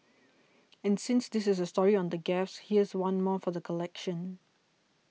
and since this is a story on the gaffes here's one more for the collection